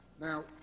Now